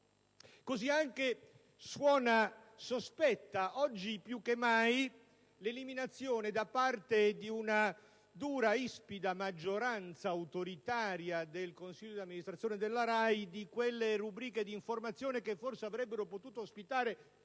Così anche suona sospetta oggi più che mai l'eliminazione da parte di una dura ed ispida maggioranza autoritaria del consiglio d'amministrazione della RAI di quelle rubriche di informazione che forse avrebbero potuto ospitare